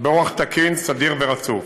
באורח תקין, סדיר ורצוף.